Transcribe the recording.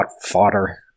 fodder